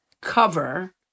cover